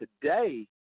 Today